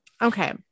Okay